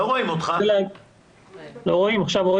שלום לכולם.